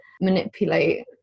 manipulate